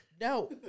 no